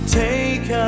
take